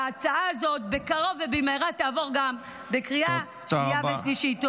שההצעה הזאת בקרוב ובמהרה תעבור גם בקריאה שנייה ושלישית.